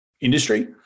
industry